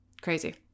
Crazy